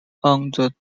attack